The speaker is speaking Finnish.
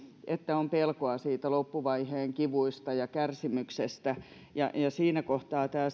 että on pelkoa loppuvaiheen kivuista ja kärsimyksestä ja siinä kohtaa tämä